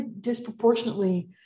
disproportionately